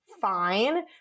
fine